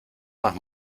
más